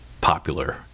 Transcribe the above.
popular